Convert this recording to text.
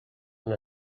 una